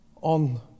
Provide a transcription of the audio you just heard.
on